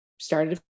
started